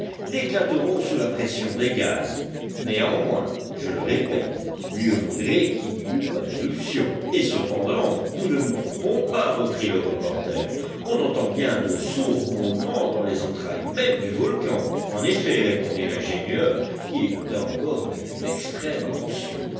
n'éclateront sous la pression des gaz néanmoins je le répète mieux vaudrait qu'il n'y eût pas d'éruption et cependant nous ne nous trompons pas reprit le reporter on entend bien de sourds grondements dans les entrailles mêmes du volcan en effet répondit l'ingénieur qui écouta encore avec une extrême attention